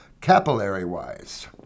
capillary-wise